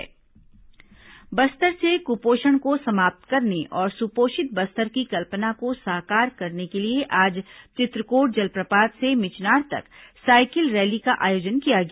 द् पइडिल सुपोषण बर बस्तर से कुपोषण को समाप्त करने और सुपोषित बस्तर की कल्पना को साकार करने के लिए आज चित्रकोट जलप्रपात से मिचनार तक साइकिल रैली का आयोजन किया गया